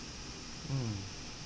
mm